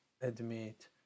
admit